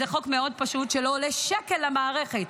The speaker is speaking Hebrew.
גאים להיות חלק מעם ישראל,